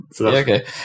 okay